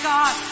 God